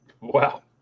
Wow